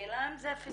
השאלה כאן אם זה פספוס.